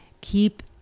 keep